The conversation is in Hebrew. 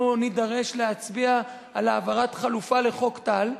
נידרש להצביע על העברת חלופה לחוק טל,